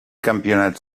campionats